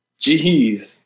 Jeez